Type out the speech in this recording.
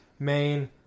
Main